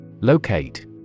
Locate